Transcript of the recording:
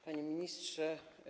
Panie Ministrze!